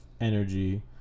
energy